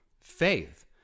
faith